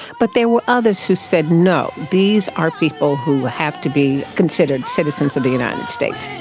but there were others who said no, these are people who have to be considered citizens of the united states.